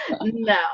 no